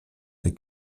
der